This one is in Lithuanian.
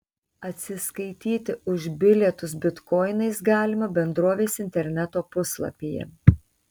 atsiskaityti už bilietus bitkoinais galima bendrovės interneto puslapyje